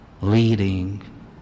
leading